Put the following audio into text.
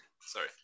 Sorry